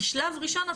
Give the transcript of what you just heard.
כשלב ראשון,